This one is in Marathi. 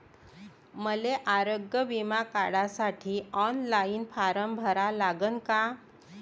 मले आरोग्य बिमा काढासाठी ऑनलाईन फारम भरा लागन का?